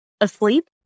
asleep